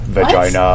Vagina